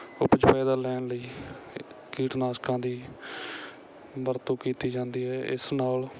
ਉਪਜ ਪੈਦਾ ਲੈਣ ਲਈ ਕੀਟਨਾਸ਼ਕਾਂ ਦੀ ਵਰਤੋਂ ਕੀਤੀ ਜਾਂਦੀ ਹੈ ਇਸ ਨਾਲ